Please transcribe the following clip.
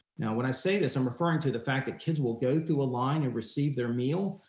now when i say this, i'm referring to the fact that kids will go through a line and receive their meal,